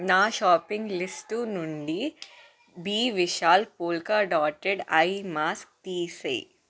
నా shopping list నుండి B Vishal polka dotted eye mask తీసేయి